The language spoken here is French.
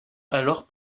alors